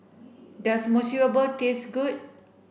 does Monsunabe taste good